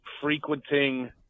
frequenting